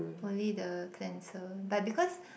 only the cleanser but because